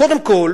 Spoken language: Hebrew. קודם כול